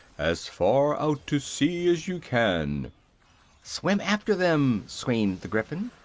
as far out to sea as you can swim after them! screamed the gryphon.